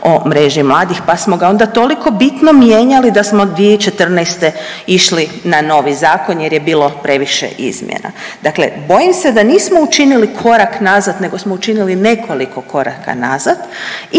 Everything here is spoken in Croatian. o mreži mladih, pa smo ga onda toliko bitno mijenjali da smo 2014. išli na novi zakon jer je bilo previše izmjena. Dakle, bojim se da nismo učinili korak nazad, nego smo učinili nekoliko koraka nazad